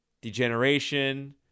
degeneration